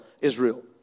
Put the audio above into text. Israel